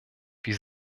wie